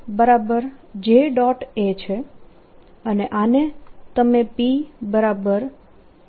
a છે અને આને તમે PE